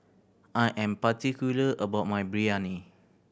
I am particular about my Biryani